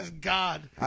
God